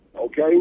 Okay